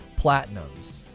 platinums